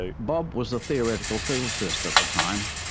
bob was a theoretical physicist at the time,